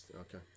Okay